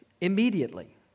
immediately